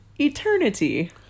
eternity